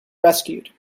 rescued